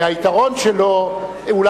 היא לא נדחתה.